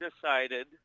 decided